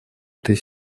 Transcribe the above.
этой